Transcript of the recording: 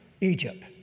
Egypt